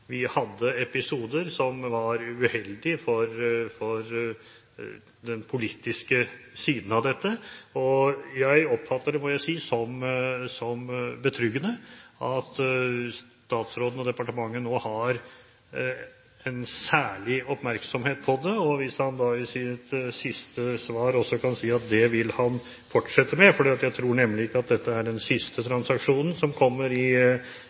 Vi hadde episoder som var uheldige for den politiske siden av dette. Jeg oppfatter det som betryggende at statsråden og departementet nå har en særlig oppmerksomhet på det. Hvis han i sitt siste svar også kan si at han vil fortsette med det – jeg tror nemlig ikke at dette er den siste transaksjonen som kommer i